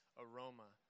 aroma